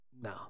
No